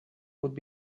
would